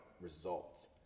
results